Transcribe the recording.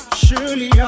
surely